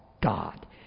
God